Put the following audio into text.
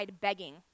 begging